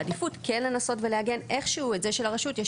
בעדיפות כן לנסות ולעגן איך שהוא את זה שלרשות יש